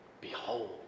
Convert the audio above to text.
Behold